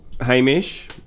Hamish